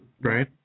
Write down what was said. Right